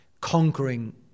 Conquering